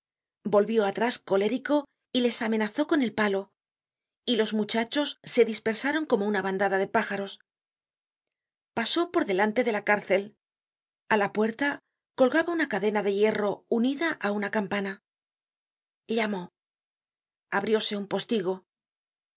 volvió atrás colérico y les amenazó con el palo y los muchachos se dispersaron como una bandada de pájaros content from google book search generated at pasó por delante de la cárcel a la puerta colgaba una cadena de hierro unida á una campana llamó abrióse un postigo